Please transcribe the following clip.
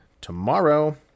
Tomorrow